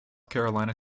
carolina